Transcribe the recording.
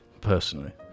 personally